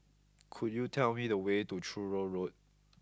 could you tell me the way to Truro Road